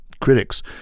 critics